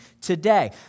today